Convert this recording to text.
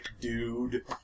dude